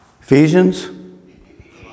Ephesians